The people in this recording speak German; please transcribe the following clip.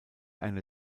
einer